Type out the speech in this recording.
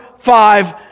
Five